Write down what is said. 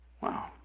Wow